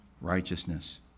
righteousness